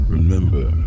Remember